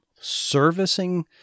Servicing